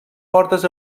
fortes